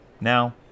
now